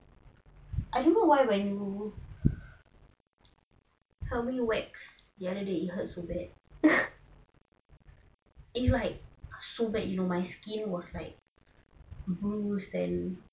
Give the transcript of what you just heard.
I don't know why when help you wax the other day it hurts so bad it's like so bad you know my skin was like and